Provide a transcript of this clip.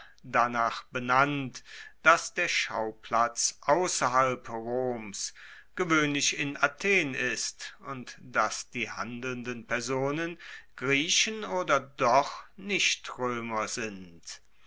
danach benannt dass der schauplatz ausserhalb roms gewoehnlich in athen ist und dass die handelnden personen griechen oder doch nichtroemer sind